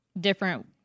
different